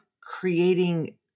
creating